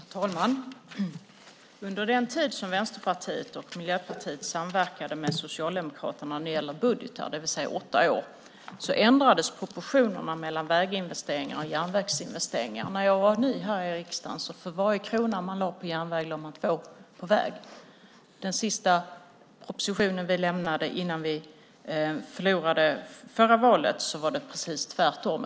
Herr talman! Under den tid som Vänsterpartiet och Miljöpartiet samverkade med Socialdemokraterna när det gällde budgetar, det vill säga åtta år, ändrades proportionerna mellan väginvesteringar och järnvägsinvesteringar. När jag var ny här i riksdagen lade man två kronor på väg för varje krona man lade på järnväg. I den sista propositionen som vi lämnade innan vi förlorade förra valet var det precis tvärtom.